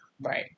Right